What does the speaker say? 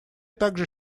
также